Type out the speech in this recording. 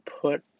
put